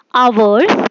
hours